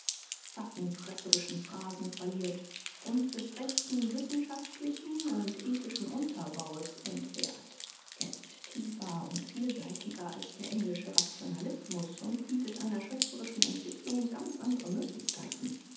pfaffenfresserische phrasen verliert u des rechten wissenschaftlichen u ethischen unterbaues entbehrt er ist tiefer u vielseitiger als der englische rationalismus u bietet einer schöpferischen entwicklung ganz andere möglichkeiten